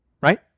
Right